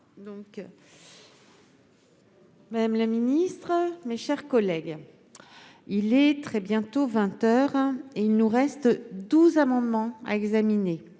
Madame la ministre, mes chers collègues, il est très bientôt vingt heures et il nous reste douze amendements à examiner.